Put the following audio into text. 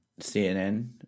CNN